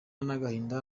n’agahinda